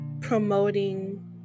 promoting